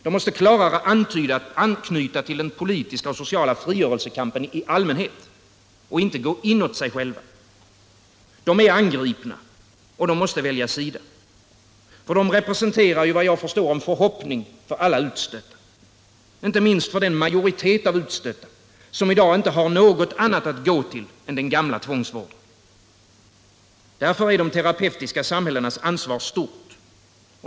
De måste klarare anknyta till den politiska och sociala frigörelsekampen i allmänhet — inte gå inåt sig själva. De är angripna, de måste välja sida. De representerar ju, vad jag förstår, en förhoppning för alla utstötta, inte minst för den majoritet av utstötta som i dag inte har något annat att gå till än den gamla tvångsvården. Därför är de terapeutiska samhällenas ansvar stort.